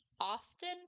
often